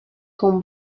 con